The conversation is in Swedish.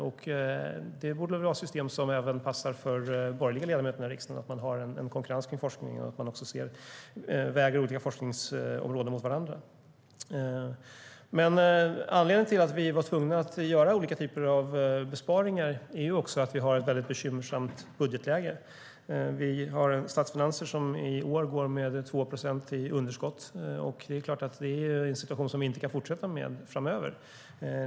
Att man har konkurrens i forskningen och väger olika forskningsområden mot varandra borde vara ett system som även passar de borgerliga ledamöterna i riksdagen. Anledningen till att vi är tvungna att göra olika typer av besparingar är att vi har ett väldigt bekymmersamt budgetläge. Vi har statsfinanser som i år går med 2 procents underskott, och det är klart att vi inte kan fortsätta att ha den situationen framöver.